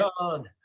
John